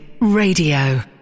Radio